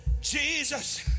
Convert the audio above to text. Jesus